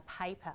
paper